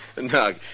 No